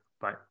Bye